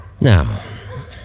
Now